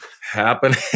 happening